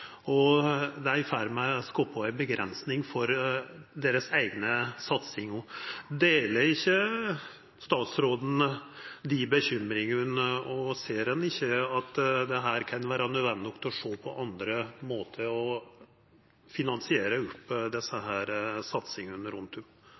og det er i ferd med å skapa ei avgrensing for deira eigne satsingar. Deler ikkje statsråden dei bekymringane, og ser han ikkje at det kan vera nødvendig å sjå på andre måtar å finansiera desse